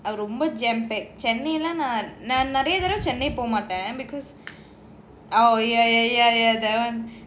அதுரொம்ப:adhu romba jam packed நான்நெறயதடவ:nan neraya thadava chennai lah சென்னைபோகமாட்டேன்:chennai poga maten oh ya ya ya ya that one